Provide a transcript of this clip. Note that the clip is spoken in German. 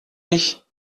ich